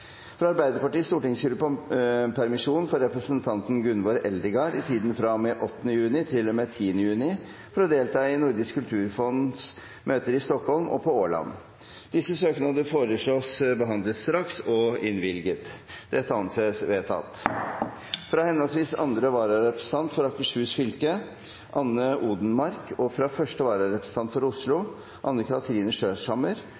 fra Arbeiderpartiets stortingsgruppe om permisjon for representanten Gunvor Eldegard i tiden fra og med 8. juni til og med 10. juni for å delta i Nordisk Kulturfonds møter i Stockholm og på Åland Disse søknadene foreslås behandlet straks og innvilget. – Det anses vedtatt. Fra henholdsvis andre vararepresentant for Akershus fylke, Anne Odenmarck, og fra første vararepresentant for Oslo,